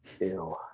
Ew